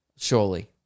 surely